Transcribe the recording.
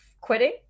quitting